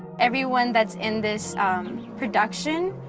everyone that's in this production